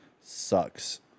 sucks